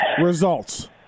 Results